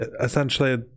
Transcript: essentially